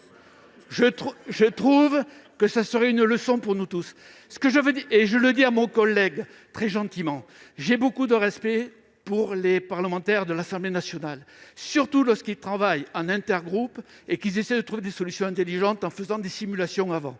Je trouve que ce serait une leçon pour nous tous. Je vous le dis très gentiment, monsieur Belin : j'ai beaucoup de respect pour nos collègues de l'Assemblée nationale, surtout lorsqu'ils travaillent en intergroupe et qu'ils essayent de trouver des solutions intelligentes en faisant des simulations.